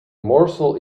morsel